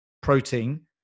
protein